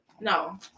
no